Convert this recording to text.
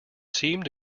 seemed